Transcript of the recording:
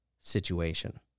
situation